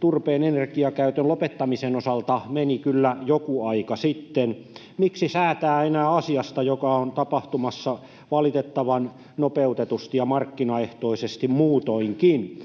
turpeen energiakäytön lopettamisen osalta meni kyllä joku aika sitten. Miksi säätää enää asiasta, joka on tapahtumassa valitettavan nopeutetusti ja markkinaehtoisesti muutoinkin?